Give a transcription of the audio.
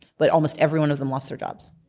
but almost every one of them lost their jobs.